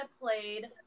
played